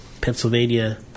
Pennsylvania